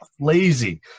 lazy